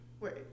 Wait